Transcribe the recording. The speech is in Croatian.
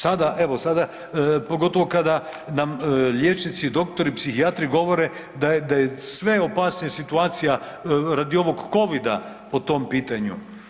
Sada, evo sada, pogotovo kada nam liječnici, doktori i psihijatri govore da je, da je sve opasnija situacija radi ovog covida po tom pitanju.